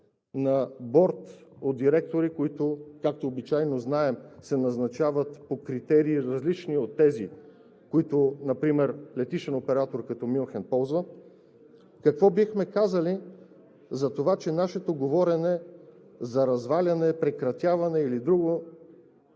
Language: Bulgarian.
на борд от директори, които, както обичайно знаем, се назначават по критерии, различни от тези, които например летищен оператор като Мюнхен ползва? Какво бихме казали за това, че нашето говорене за разваляне, прекратяване или друго